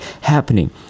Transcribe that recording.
happening